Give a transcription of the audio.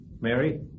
Mary